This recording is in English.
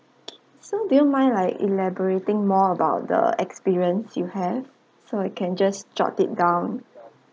okay so do you mind like elaborating more about the experience you have so I can just jot it down